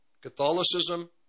Catholicism